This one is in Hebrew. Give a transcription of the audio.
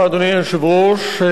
התיקון הזה,